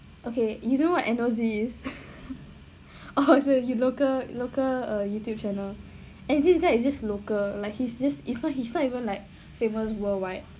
okay you don't know what N_O_C is oh is the local local uh YouTube channel actually that is just local like he's this he's not he's not even like famous worldwide